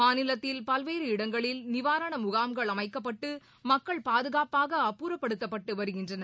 மாநிலத்தில் பல்வேறு இடங்களில் நிவாரண முகாம்கள் அமைக்கப்பட்டு மக்கள் பாதுகாப்பாக அப்புறப்படுத்தப்பட்டு வருகின்றனர்